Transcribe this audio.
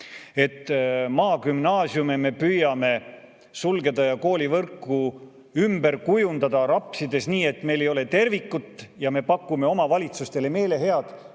maagümnaasiume me püüame sulgeda ja koolivõrku ümber kujundada rapsides, nii et meil ei ole tervikut, ja me pakume omavalitsustele meelehead,